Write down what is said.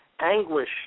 anguish